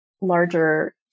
larger